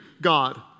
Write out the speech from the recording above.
God